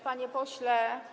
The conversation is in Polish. Panie Pośle!